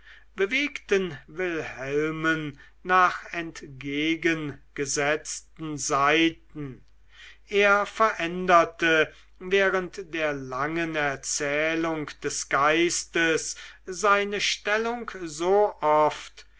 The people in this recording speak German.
bewegten wilhelmen nach entgegengesetzten seiten er veränderte während der langen erzählung des geistes seine stellung so oft